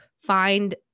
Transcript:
find